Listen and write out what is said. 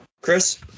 Chris